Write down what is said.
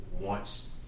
wants